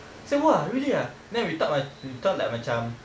say !wah! really ah then we thought like we thought like macam